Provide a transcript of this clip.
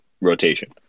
Rotation